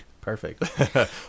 Perfect